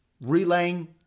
relaying